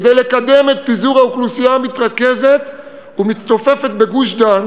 כדי לקדם את פיזור האוכלוסייה המתרכזת ומצטופפת בגוש-דן